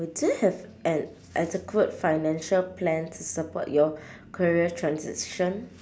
do you have an adequate financial plan to support your career transition